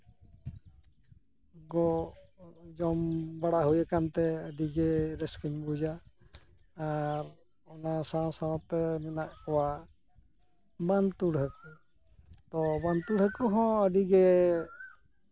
ᱠᱚ ᱡᱚᱢ ᱵᱟᱲᱟ ᱦᱩᱭᱟᱠᱟᱱ ᱛᱮ ᱟᱹᱰᱤ ᱜᱮ ᱨᱟᱹᱥᱠᱟᱹᱧ ᱵᱩᱡᱟ ᱟᱨ ᱚᱱᱟ ᱥᱟᱶ ᱥᱟᱶ ᱛᱮ ᱢᱮᱱᱟᱜ ᱠᱚᱣᱟ ᱵᱟᱱᱛᱩᱲ ᱦᱟᱹᱠᱩ ᱚ ᱵᱟᱱᱛᱩᱲ ᱦᱟᱠᱩ ᱦᱚᱸ ᱟᱹᱰᱤ ᱜᱮ